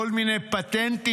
כל מיני פטנטים.